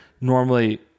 normally